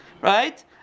right